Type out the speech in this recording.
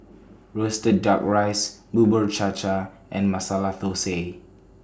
Roasted Duck Rice Bubur Cha Cha and Masala Thosai